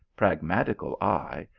pragmatical eye,